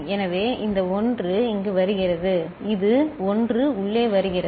எனவே இந்த 1 இங்கு வருகிறது இது 1 உள்ளே வருகிறது